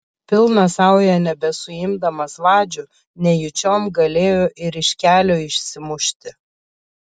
pilna sauja nebesuimdamas vadžių nejučiom galėjo ir iš kelio išsimušti